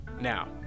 Now